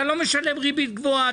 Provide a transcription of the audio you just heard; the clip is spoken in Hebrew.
אתה לא משלם ריבית גבוהה,